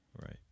Right